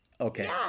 okay